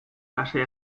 lasai